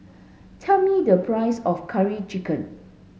tell me the price of curry chicken